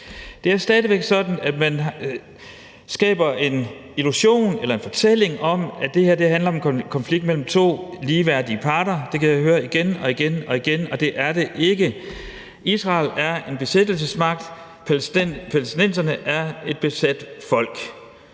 Det er jo stadig væk sådan, at man skaber en illusion eller en fortælling om, at det her handler om en konflikt mellem to ligeværdige parter, det kan jeg høre igen og igen, og det er det ikke. Israel er en besættelsesmagt, og palæstinenserne er et besat folk,